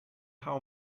how